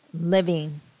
living